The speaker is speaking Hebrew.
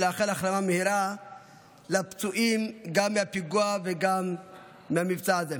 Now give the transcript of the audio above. ולאחל החלמה מהירה לפצועים גם מהפיגוע וגם מהמבצע הזה.